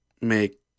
make